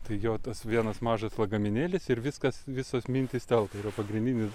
tai jo tas vienas mažas lagaminėlis ir viskas visos mintys telpa ir jo pagrindinis